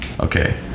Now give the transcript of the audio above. Okay